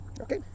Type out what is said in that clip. Okay